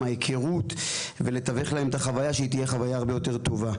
לשפר את ההיכרות ולתווך להם את החוויה כדי שתהיה הרבה יותר טובה.